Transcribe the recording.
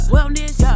Wellness